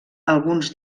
alguns